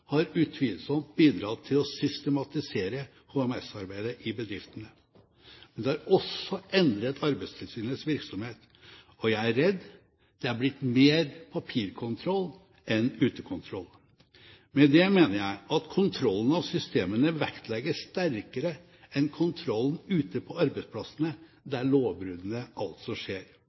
har utvilsomt bidratt til å systematisere HMS-arbeidet i bedriftene, men det har også endret Arbeidstilsynets virksomhet. Jeg er redd det er blitt mer papirkontroll enn utekontroll. Med det mener jeg at kontrollen av systemene vektlegges sterkere enn kontrollen ute på arbeidsplassene, der lovbruddene altså skjer.